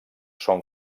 són